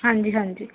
ਹਾਂਜੀ ਹਾਂਜੀ